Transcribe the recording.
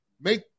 make